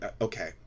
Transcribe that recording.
okay